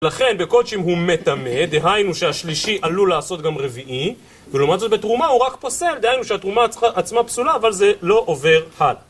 לכן, בקודש אם הוא מטאמה, דהיינו שהשלישי עלול לעשות גם רביעי ולעומת זאת בתרומה הוא רק פוסל, דהיינו שהתרומה עצמה פסולה, אבל זה לא עובר הלאה